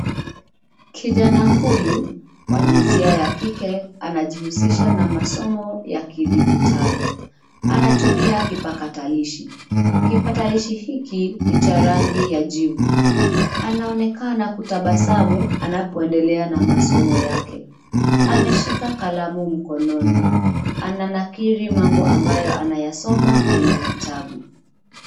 Kijana huyu, wa jinsia ya kike anajihusisha na masomo ya kidijitali, anatumia kipakatilishi, kipakatilishi hiki ni cha rangi ya jivu, anaonekana kutabasamu anapoendelea na masomo yake, ameshika kalamu mkononi, ananakili mambo ambayo anayasoma kwenye kitabu.